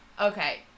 Okay